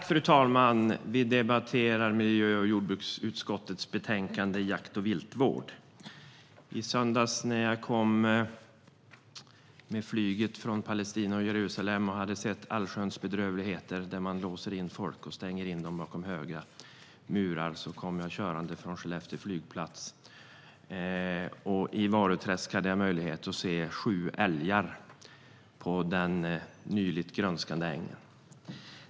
Fru talman! Vi ska debattera miljö och jordbruksutskottets betänkande Jakt och viltvård . I söndags kom jag med flyget från Palestina och Jerusalem, där jag hade sett allsköns bedrövligheter - man låser in folk och stänger in dem bakom höga murar. Jag kom körande från Skellefteå flygplats, och i Varuträsk fick jag se sju älgar på en nyligt grönskande äng.